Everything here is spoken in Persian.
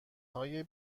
های